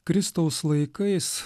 kristaus laikais